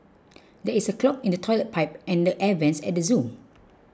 there is a clog in the Toilet Pipe and the Air Vents at the zoo